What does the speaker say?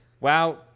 WoW